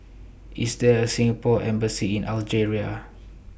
IS There A Singapore Embassy in Algeria